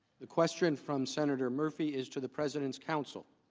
the question from senator murphy's to the president's counsel.